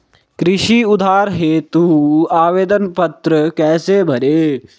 कृषि उधार हेतु आवेदन पत्र कैसे भरें?